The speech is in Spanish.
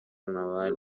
naval